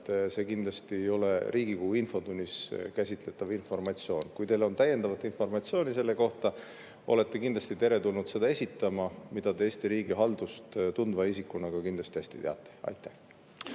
See kindlasti ei ole Riigikogu infotunnis käsitletav informatsioon. Kui teil on täiendavat informatsiooni selle kohta, siis olete kindlasti teretulnud seda esitama – seda te Eesti riigihaldust tundva isikuna ka kindlasti hästi teate. Aitäh!